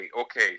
okay